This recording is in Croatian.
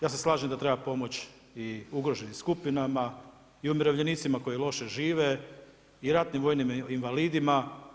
Ja se slažem da treba pomoći i ugroženim skupinama i umirovljenicima koji loše žive i ratnim vojnim invalidima.